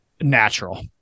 natural